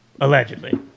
allegedly